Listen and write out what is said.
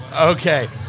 Okay